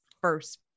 first